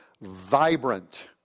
vibrant